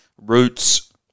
roots